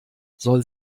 soll